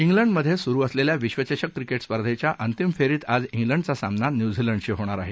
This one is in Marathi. इंग्लंडमध्ये सुरू असलेल्या विश्वचषक क्रिके स्पर्धेच्या अंतिम फेरीत आज इंग्लंडचा सामना न्यूझीलंडशी होणार आहे